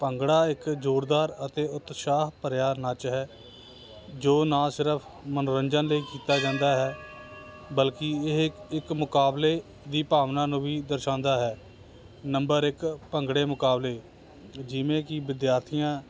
ਭੰਗੜਾ ਇੱਕ ਜੋਰਦਾਰ ਅਤੇ ਉਤਸ਼ਾਹ ਭਰਿਆ ਨਾਚ ਹੈ ਜੋ ਨਾ ਸਿਰਫ ਮਨੋਰੰਜਨ ਲਈ ਕੀਤਾ ਜਾਂਦਾ ਹੈ ਬਲਕਿ ਇਹ ਇੱਕ ਮੁਕਾਬਲੇ ਦੀ ਭਾਵਨਾ ਨੂੰ ਵੀ ਦਰਸ਼ਾਉਂਦਾ ਹੈ ਨੰਬਰ ਇੱਕ ਭੰਗੜੇ ਮੁਕਾਬਲੇ ਜਿਵੇਂ ਕਿ ਵਿਦਿਆਰਥੀਆਂ